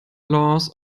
laws